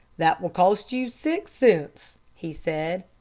that will cost you six cents, he said.